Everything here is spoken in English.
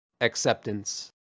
acceptance